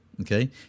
Okay